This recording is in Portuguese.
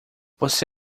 você